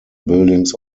buildings